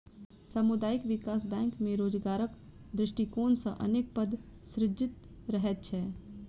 सामुदायिक विकास बैंक मे रोजगारक दृष्टिकोण सॅ अनेक पद सृजित रहैत छै